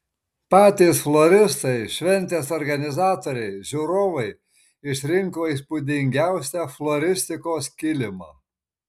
patys floristai šventės organizatoriai žiūrovai išrinko įspūdingiausią floristikos kilimą